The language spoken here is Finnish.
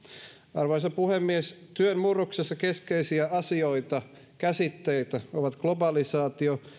arvoisa puhemies työn murroksessa keskeisiä asioita ja käsitteitä ovat globalisaatio ja